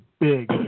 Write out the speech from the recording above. big